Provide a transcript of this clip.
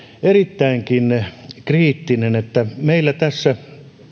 erittäinkin kriittinen että meillä tässä